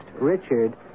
Richard